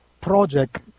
project